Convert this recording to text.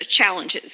challenges